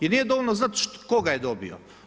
I nije dovoljno znati tko ga je dobio.